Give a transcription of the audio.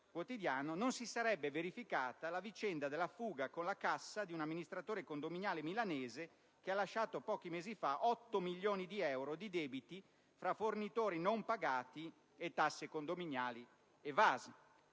approvata non si sarebbe verificata la vicenda della fuga con la cassa di un amministratore condominiale milanese che ha lasciato pochi mesi fa 8 milioni di euro di debiti, tra fornitori non pagati e tasse condominiali evase.